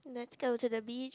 let's go to the beach